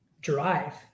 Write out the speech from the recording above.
drive